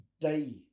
day